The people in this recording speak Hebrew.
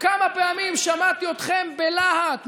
כמה פעמים שמעתי אתכם בלהט,